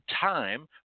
time